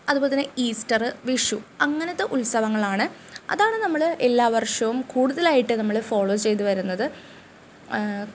അതുപോലെ തന്നെ ഈസ്റ്റർ വിഷു അങ്ങനെത്തെ ഉത്സവങ്ങളാണ് അതാണ് നമ്മൾ എല്ലാ വർഷവും കൂടുതലായിട്ട് നമ്മൾ ഫോളോ ചെയ്തു വരുന്നത്